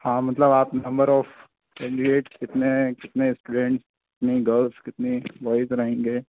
हाँ मतलब आप नंबर ऑफ़ कैंडिडेट कितने कितने स्टूडेंट कितनी गर्ल्स कितने बॉयज़ रहेंगे